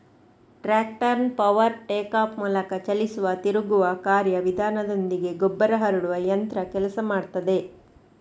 ಟ್ರಾಕ್ಟರ್ನ power take off ಮೂಲಕ ಚಲಿಸುವ ತಿರುಗುವ ಕಾರ್ಯ ವಿಧಾನದೊಂದಿಗೆ ಗೊಬ್ಬರ ಹರಡುವ ಯಂತ್ರ ಕೆಲಸ ಮಾಡ್ತದೆ